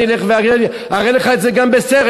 אני אלך ואני אראה לך את זה גם בסרט,